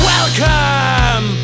Welcome